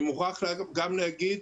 אגב, אני מוכרח גם להגיד,